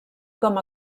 com